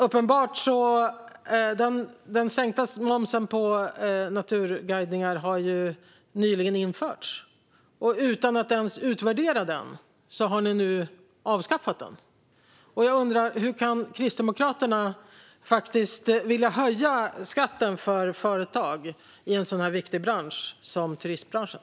Den sänkta momsen på naturguidningar infördes nyligen, och utan att ens utvärdera den avskaffar ni den nu. Hur kan Kristdemokraterna vilja höja skatten för företag i den viktiga turistbranschen?